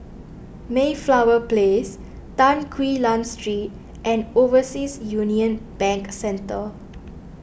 Mayflower Place Tan Quee Lan Street and Overseas Union Bank Centre